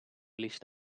blies